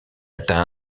atteint